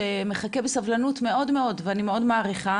שמחכה בסבלנות מאוד-מאוד ואני מאוד מעריכה,